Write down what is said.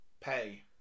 pay